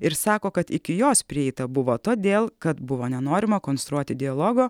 ir sako kad iki jos prieita buvo todėl kad buvo nenorima konstruoti dialogo